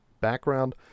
background